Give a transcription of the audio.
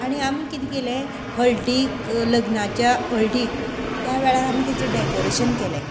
आनी आमी कितें केले हळडीक लग्नाच्या हळडीक त्या वेळार आमी तिचे डॅकोरेशन केले